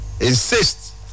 insist